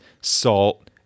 salt